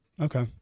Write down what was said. Okay